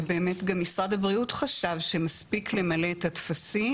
שבאמת גם משרד הבריאות חשב שמספיק למלא את הטפסים.